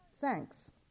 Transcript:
Thanks